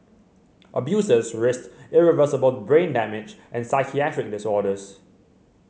abusers risked irreversible brain damage and psychiatric disorders